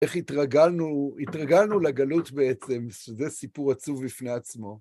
איך התרגלנו לגלות בעצם שזה סיפור עצוב בפני עצמו.